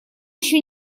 еще